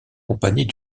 compagnie